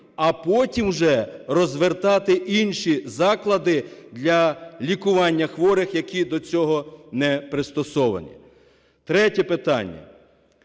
а потім вже розвертати інші заклади для лікування хворих, які до цього не пристосовані. Третє питання.